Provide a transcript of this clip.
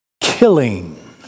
Killing